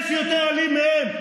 יש יותר אלים מהם?